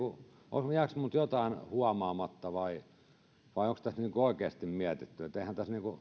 jääkö minulta jotain huomaamatta vai onko tässä niin kuin oikeasti mietitty että eihän tässä